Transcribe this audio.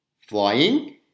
flying